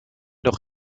doch